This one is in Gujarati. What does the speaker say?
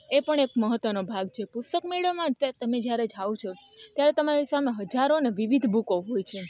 એ પણ એક મહત્વનો ભાગ છે પુસ્તક મેળામાં ત્યાં તમે જ્યારે જાઓ છો ત્યારે તમારી સામે હજારોને વિવિધ બુકો હોય છે